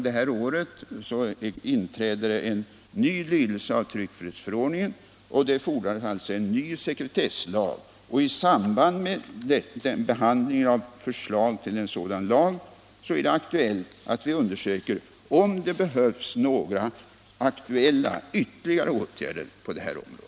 Detta fordrar alltså en ny sekretesslag, och i samband med behandlingen av förslag till en sådan lag blir det aktuellt att vi undersöker om det behövs några aktuella ytterligare åtgärder på detta område.